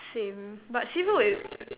same but seafood is